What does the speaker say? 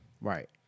Right